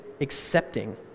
accepting